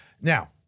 Now